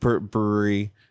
brewery